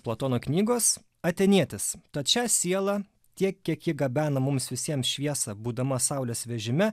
platono knygos atėnietis ta čia siela tiek kiek ji gabena mums visiems šviesą būdama saulės vežime